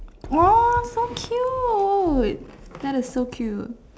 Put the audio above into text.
oh so cute that is so cute